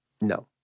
no